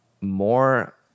more